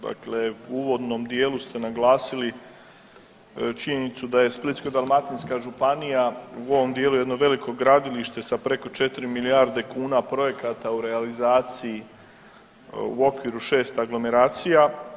Dakle, u uvodnom dijelu ste naglasili činjenicu da je Splitsko-dalmatinska županija u ovom dijelu jedno veliko gradilište sa preko četiri milijarde kuna projekata u realizaciji, u okviru šest aglomeracija.